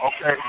Okay